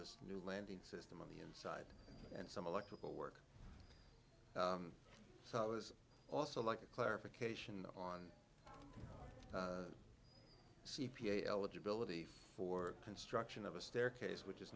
this new landing system on the inside and some electrical work so i was also like a clarification on c p a eligibility for construction of a staircase which is